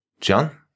John